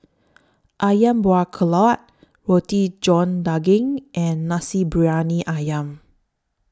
Ayam Buah Keluak Roti John Daging and Nasi Briyani Ayam